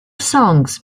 songs